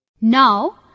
Now